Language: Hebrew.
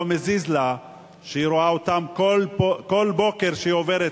לא מזיז לה שהיא רואה אותם כל בוקר כשהיא עוברת.